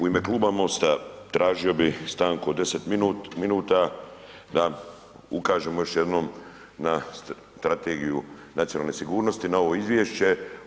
U ime Kluba MOST-a tražio bi stanku od 10 minuta da ukažemo još jednog na strategiju nacionalne sigurnosti na ovo izvješće.